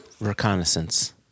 Reconnaissance